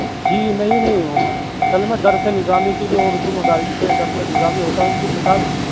جی نہیں نہیں وہ اصل میں درسِ نظامی کی جو اردو مدارس میں درسِ نظامی ہوتا ہے ان کی کتاب بھی